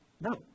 No